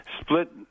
split